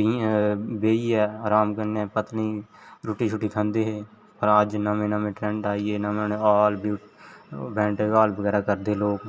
बेहियै आराम कन्नै पत्तलीं रुट्टी शुट्टी खंदे हे होर अज्ज नमें नमें ट्रेंड आइये नमां हॉल बैंक्वेट हॉल बगैरा करदे लोग